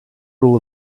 rule